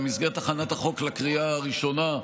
במסגרת הכנת החוק לקריאה הראשונה,